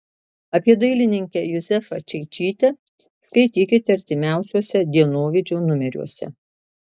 apie dailininkę juzefą čeičytę skaitykite artimiausiuose dienovidžio numeriuose